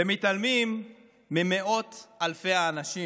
ומתעלמים ממאות אלפי האנשים